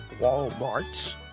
Walmarts